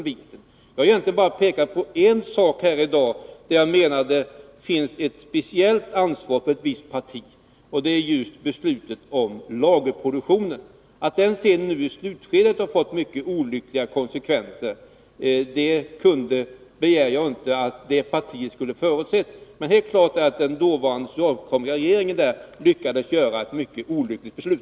Jag har egentligen bara pekat på en sak här i dag där jag menade att det finns ett speciellt ansvar för ett visst parti, och det är just beslutet om lagerproduktion. Att det i slutskedet har fått mycket olyckliga konsekvenser begär jag inte att det partiet skulle ha förutsett, men helt klart är att den dåvarande socialdemokratiska regeringen där lyckades genomdriva ett mycket olyckligt beslut.